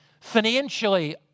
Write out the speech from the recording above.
financially